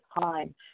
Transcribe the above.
time